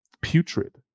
Putrid